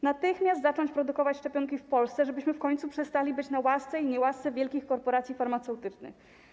Natychmiast zacząć produkować szczepionki w Polsce, żebyśmy w końcu przestali być na łasce i niełasce wielkich korporacji farmaceutycznych.